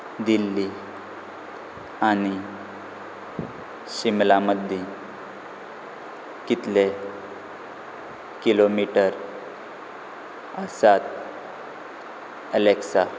दिल्ली आनी शिमला मदीं कितले किलोमिटर आसात एलॅक्सा